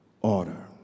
order